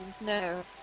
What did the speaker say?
no